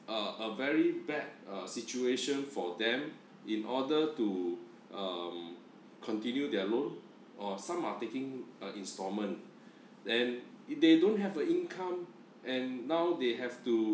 a a very bad uh situation for them in order to um continue their loan or some are taking a instalment and if they don't have a income and now they have to